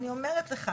אני אומרת לך,